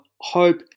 hope